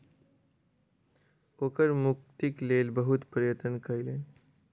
ओ कर मुक्तिक लेल बहुत प्रयत्न कयलैन